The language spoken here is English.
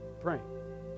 praying